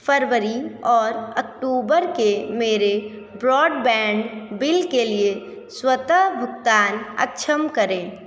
फरवरी और अक्टूबर के मेरे ब्रॉडबैंड बिल के लिए स्वतः भुगतान अक्षम करें